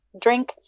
drink